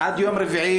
עד יום רביעי.